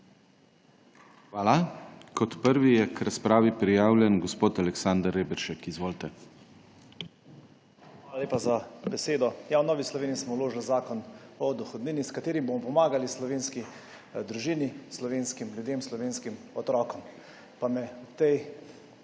Hvala. Kot prvi je k razpravi prijavljen gospod Aleksander Reberšek. Izvolite. ALEKSANDER REBERŠEK (PS NSi): Hvala lepa za besedo. V Novi Sloveniji smo vložili zakon o dohodnini, s katerim bomo pomagali slovenski družini, slovenskim ljudem, slovenskim otrokom. Pa me ob tem